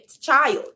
child